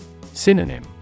Synonym